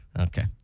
Okay